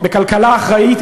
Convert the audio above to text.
בכלכלה אחראית,